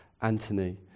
Anthony